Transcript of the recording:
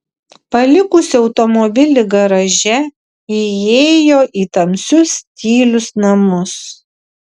palikusi automobilį garaže ji įėjo į tamsius tylius namus